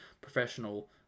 professional